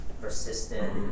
persistent